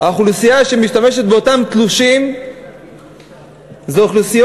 האוכלוסייה שמשתמשת באותם תלושים זו אוכלוסייה